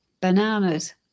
bananas